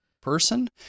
person